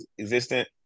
existent